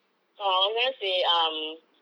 no I was gonna say um last year